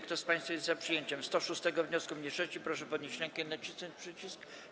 Kto z państwa jest za przyjęciem 121. wniosku mniejszości, proszę podnieść rękę i nacisnąć przycisk.